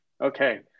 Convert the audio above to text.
Okay